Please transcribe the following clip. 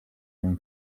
się